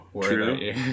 true